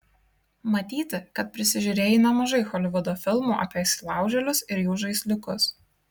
matyti kad prisižiūrėjai nemažai holivudo filmų apie įsilaužėlius ir jų žaisliukus